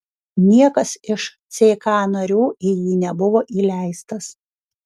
niekas iš ck narių į jį nebuvo įleistas